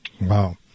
Wow